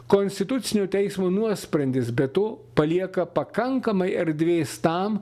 konstitucinio teismo nuosprendis be to palieka pakankamai erdvės tam